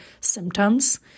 symptoms